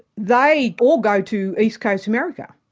they all go to east coast america.